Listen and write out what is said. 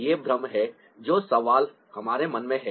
ये भ्रम हैं जो सवाल हमारे मन में हैं